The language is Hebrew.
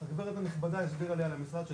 שהגברת הנכבדה הסבירה לי על המשרד שלי,